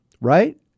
right